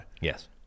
Yes